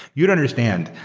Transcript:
you to understand,